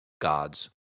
God's